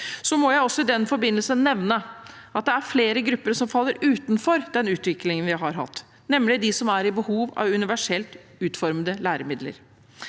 må jeg også nevne at det er flere grupper som faller utenfor den utviklingen vi har hatt, nemlig de som har behov for universelt utformede læremidler.